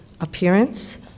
appearance